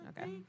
Okay